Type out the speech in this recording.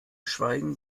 schweigen